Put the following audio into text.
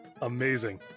Amazing